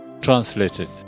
translated